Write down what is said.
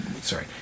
sorry